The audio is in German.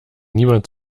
niemand